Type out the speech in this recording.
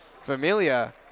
Familia